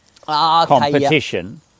competition